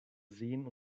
seen